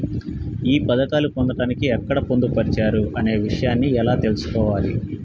ఈ పథకాలు పొందడానికి ఎక్కడ పొందుపరిచారు అనే విషయాన్ని ఎలా తెలుసుకోవాలి?